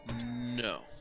No